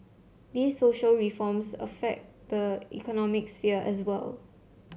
these social reforms affect the economic sphere as well